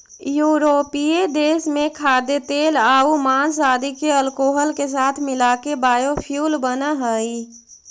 यूरोपीय देश में खाद्यतेलआउ माँस आदि के अल्कोहल के साथ मिलाके बायोफ्यूल बनऽ हई